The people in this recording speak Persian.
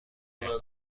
اقدام